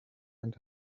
and